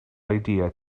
idea